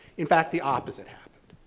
in fact the opposite happened.